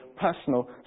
personal